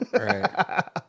Right